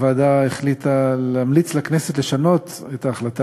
הוועדה החליטה להמליץ לכנסת לשנות את ההחלטה